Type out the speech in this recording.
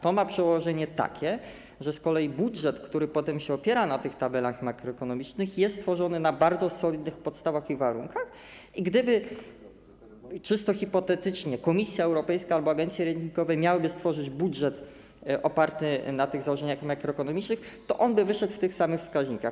To ma takie przełożenie, że z kolei budżet, który potem się opiera na tych tabelach makroekonomicznych, jest stworzony na bardzo solidnych podstawach i warunkach, i gdyby - czysto hipotetycznie - Komisja Europejska albo agencje ratingowe miały stworzyć budżet oparty na tych założeniach makroekonomicznych, to on by wyszedł w tych samych wskaźnikach.